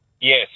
Yes